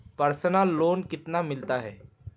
Personal loan कितना मिलता है?